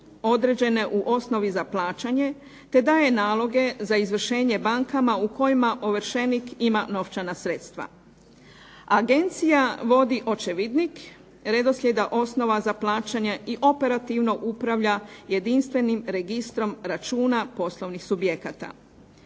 određene u osnovi za plaćanje, te daje naloge za izvršenje bankama u kojima ovršenik ima novčana sredstva. Agencija vodi očevidnik, redoslijeda osnova za plaćanje i operativno upravlja jedinstvenim registrom računa poslovnih subjekata.